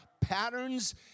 patterns